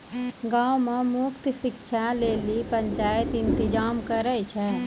गांवो मे मुफ्त शिक्षा लेली पंचायत इंतजाम करै छै